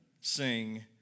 sing